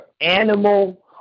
animal